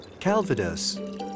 Calvados